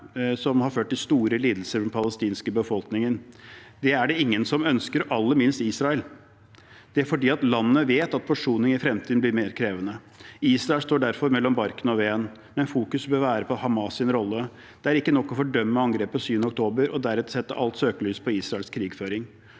har ført til store lidelser for den palestinske befolkningen. Det er det ingen som ønsker, aller minst Israel, fordi landet vet at forsoning i fremtiden blir mer krevende. Israel står derfor mellom barken og veden. Det som bør være i fokus, er Hamas’ rolle. Det er ikke nok å fordømme angrepet 7. oktober og deretter sette alt søkelys på Israels krigføring.